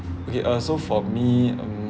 okay uh so for me hmm